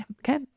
Okay